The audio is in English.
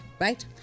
right